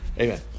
Amen